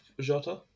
Jota